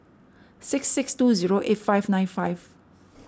six six two zero eight five nine five